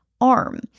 arm